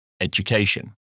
Education